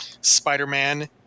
Spider-Man